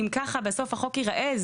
אם ככה בסוף החוק ייראה,